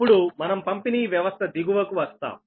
ఇప్పుడు మనం పంపిణీ వ్యవస్థ దిగువకు వస్తాం